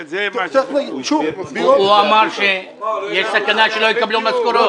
הוא אמר שיש סכנה שלא יקבלו משכורות.